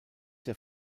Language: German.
der